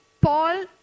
Paul